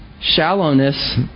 Shallowness